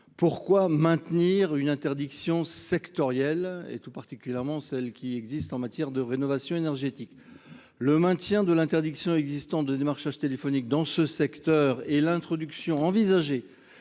Pourquoi maintenir une interdiction sectorielle et tout particulièrement celle qui existe en matière de rénovation énergétique ? Le maintien de l'interdiction existante de démarche-âge téléphonique dans ce secteur et l'introduction envisagée